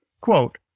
Quote